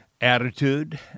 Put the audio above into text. attitude